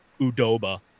Udoba